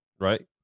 Right